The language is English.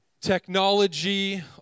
technology